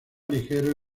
ligero